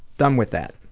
done with that.